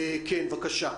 בבקשה.